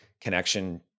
connection